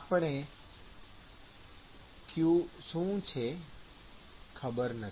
આપણને q શું છે ખબર નથી